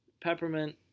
Peppermint